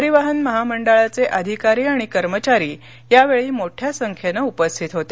परिवहन महामंडळाचे अधिकारी आणि कर्मचारी यावेळी मोठ्या संख्येनं उपस्थित होते